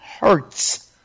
hurts